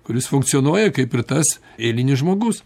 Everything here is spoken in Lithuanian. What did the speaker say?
kuris funkcionuoja kaip ir tas eilinis žmogus